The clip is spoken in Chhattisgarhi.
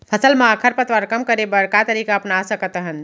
फसल मा खरपतवार कम करे बर का तरीका अपना सकत हन?